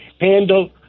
handle